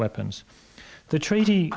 weapons the treaty